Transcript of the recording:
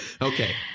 Okay